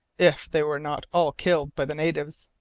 if they were not all killed by the natives,